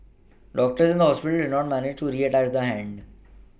doctors at the hospital did not manage to reattach the hand